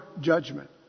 judgment